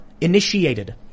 initiated